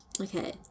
Okay